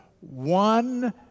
One